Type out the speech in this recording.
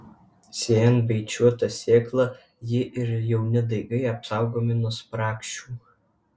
sėjant beicuotą sėklą ji ir jauni daigai apsaugomi nuo spragšių